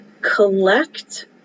collect